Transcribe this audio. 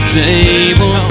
table